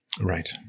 Right